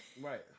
Right